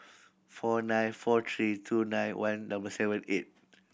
four nine four three two nine one double seven eight